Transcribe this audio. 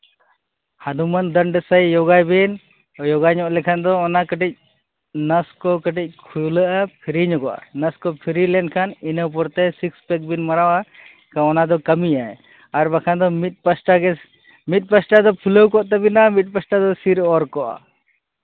ᱦᱚᱱᱩᱢᱟᱱ ᱫᱚᱱᱰᱚ ᱥᱟᱹᱭ ᱡᱳᱜᱟᱭ ᱵᱤᱱ ᱡᱳᱜᱟ ᱧᱚᱜ ᱞᱮᱠᱷᱟᱱ ᱫᱚ ᱚᱱᱟ ᱠᱟᱹᱴᱤᱡ ᱱᱟᱹᱥ ᱠᱚ ᱠᱟᱹᱴᱤᱡ ᱯᱷᱩᱞᱟᱹᱜᱼᱟ ᱯᱷᱨᱤ ᱧᱚᱜᱚᱜᱼᱟ ᱱᱟᱹᱥ ᱠᱚ ᱯᱷᱨᱤ ᱞᱮᱱᱠᱷᱟᱱ ᱤᱱᱟᱹ ᱯᱚᱨᱮ ᱛᱮ ᱥᱤᱠᱥ ᱯᱮᱠ ᱵᱤᱱ ᱢᱟᱨᱟᱣᱟ ᱛᱚ ᱚᱱᱟ ᱫᱚ ᱠᱟᱹᱢᱤᱭᱟ ᱟᱨ ᱵᱟᱠᱷᱟᱱ ᱫᱚ ᱢᱤᱫ ᱯᱟᱥᱴᱟ ᱜᱮ ᱢᱤᱫ ᱯᱟᱥᱴᱟ ᱫᱚ ᱯᱷᱩᱞᱟᱹᱣ ᱠᱚᱜ ᱛᱟᱹᱵᱤᱟᱱ ᱢᱤᱫ ᱯᱟᱥᱴᱟ ᱫᱚ ᱥᱤᱨ ᱚᱨ ᱠᱚᱜᱼᱟ